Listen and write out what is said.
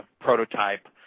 prototype